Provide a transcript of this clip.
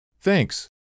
Thanks